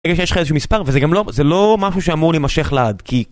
רגע שיש לך איזשהו מספר, וזה גם לא... זה לא משהו שאמור להימשך לעד, כי...